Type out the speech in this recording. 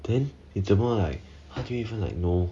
then 你怎么 like how do you even like know